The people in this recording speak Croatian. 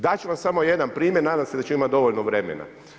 Dat ću vam samo jedan primjer, nadam se da ću imati dovoljno vremena.